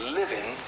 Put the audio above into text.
living